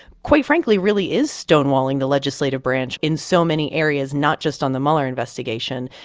quite frankly, really is stonewalling the legislative branch in so many areas, not just on the mueller investigation,